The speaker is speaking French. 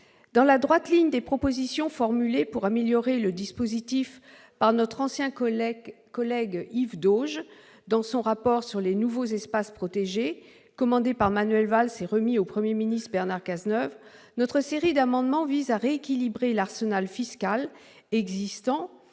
Dans la droite ligne des propositions formulées pour améliorer le dispositif par notre ancien collègue Yves Dauge, dans son rapport sur les nouveaux espaces protégés, commandé par Manuel Valls et remis au Premier ministre Bernard Cazeneuve, notre série d'amendements vise à rééquilibrer l'arsenal fiscal existant,